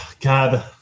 god